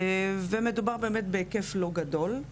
מדובר בהיקף לא גדול,